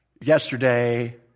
yesterday